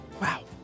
Wow